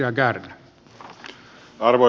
arvoisa puhemies